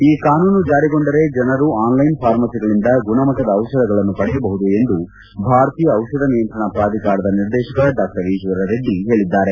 ಈ ಕಾನೂನು ಜಾರಿಗೊಂಡರೆ ಜನರು ಆನ್ಲೈನ್ ಫಾರ್ಮಸಿಗಳಿಂದ ಗುಣಮಟ್ಟದ ಔಷಧಗಳನ್ನು ಪಡೆಯಬಹುದು ಎಂದು ಭಾರತೀಯ ಔಷಧ ನಿಯಂತ್ರಣ ಪ್ರಾಧಿಕಾರದ ನಿರ್ದೇಶಕ ಡಾ ಈಶ್ವರ ರೆಡ್ಡಿ ಹೇಳಿದ್ಲಾರೆ